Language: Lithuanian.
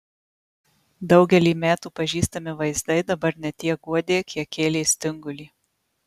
daugelį metų pažįstami vaizdai dabar ne tiek guodė kiek kėlė stingulį